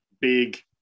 Big